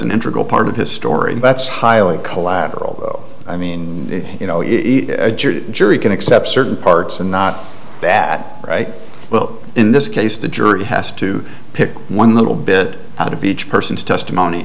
an intricate part of his story that's highly collateral i mean you know jury can accept certain parts and not that right well in this case the jury has to pick one little bit out of each person's testimony